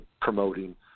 promoting